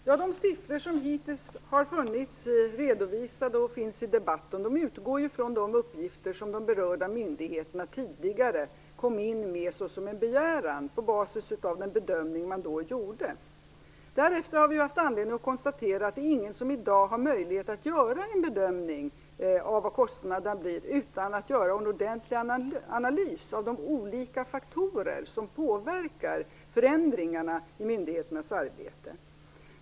Fru talman! De siffror som hittills har redovisats och som förekommer i debatten utgår ju från de uppgifter som de berörda myndigheterna tidigare kom in med såsom en begäran på basis av den bedömning som man då gjorde. Därefter har vi haft anledning att konstatera att ingen i dag har möjlighet att göra en bedömning av kostnaderna innan en ordentlig analys har gjorts av de olika faktorer som påverkar förändringarna i myndigheternas arbete.